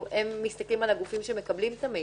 הם מסתכלים על הגופים שמקבלים את המידע.